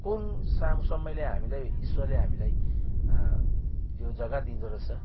कुन सम समयले हामीलाई ईश्वरले हामीलाई त्यो जग्गा दिँदोरहेछ